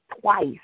twice